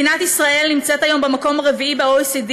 מדינת ישראל נמצאת היום במקום הרביעי ב-OECD